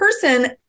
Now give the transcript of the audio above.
person